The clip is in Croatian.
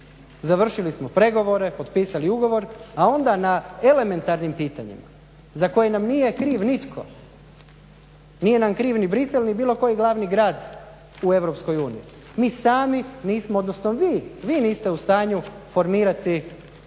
završili smo pregovore, potpisali ugovor, a onda na elementarnim pitanjima za koje nam nije kriv nitko, nije nam kriv ni Bruxelles ni bilo koji glavni grad u Europske uniji. Mi sami nismo, odnosno vi niste u stanju formirati tijela